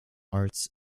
arts